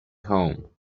home